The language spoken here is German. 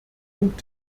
und